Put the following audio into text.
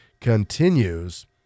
continues